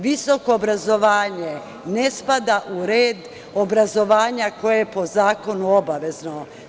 Visoko obrazovanje ne spada u red obrazovanje koje je po zakonu obavezno.